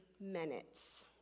minutes